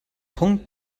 punkt